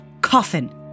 coffin